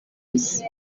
isi